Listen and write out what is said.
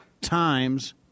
times